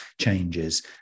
changes –